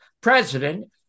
president